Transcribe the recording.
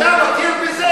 אתה מכיר בזה?